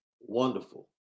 wonderful